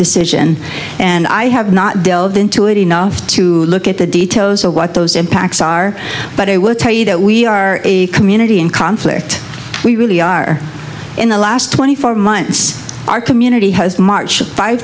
decision and i have not delved into it enough to look at the details of what those impacts are but i will tell you that we are a community in conflict we really are in the last twenty four months our community has marched five